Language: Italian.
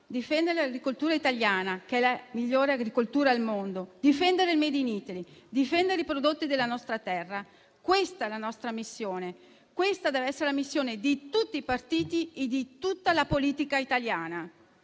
difendere l'agricoltura italiana, che è la migliore agricoltura al mondo, difendere il *made in Italy* e difendere i prodotti della nostra terra è la nostra missione e deve essere la missione di tutti i partiti e di tutta la politica italiana.